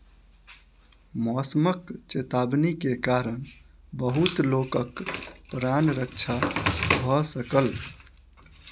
मौसमक चेतावनी के कारण बहुत लोकक प्राण रक्षा भ सकल